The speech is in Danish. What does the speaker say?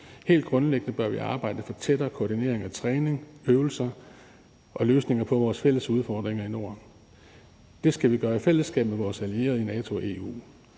Helt grundlæggende bør vi arbejde for tættere koordinering af træning, øvelser og løsninger på vores fælles udfordringer i Norden. Det skal vi gøre i fællesskab med vores allierede i NATO og EU.